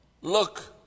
look